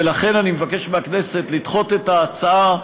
ולכן אני מבקש מהכנסת לדחות את ההצעה,